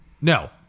No